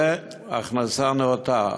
זו הכנסה נאותה.